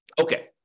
Okay